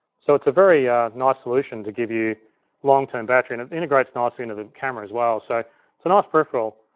so it's a very ah nice solution to give you long-term battery. and it integrates nicely into the camera as well. so it's a nice peripheral,